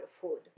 food